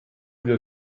wir